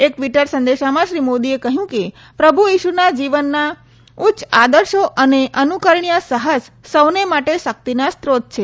એક ટ્વીટર સંદેશામાં શ્રી મોદીએ કહ્યું કે પ્રભુ ઇશુના જીવનના ઉચ્છ આદર્શ અને અનુકરણી સાહસ સૌને માટે શક્તિના સ્લોત છે